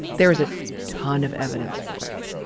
there is a ton of evidence for it,